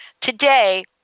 Today